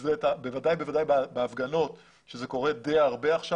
בוודאי בהפגנות כשזה קורה די הרבה עכשיו.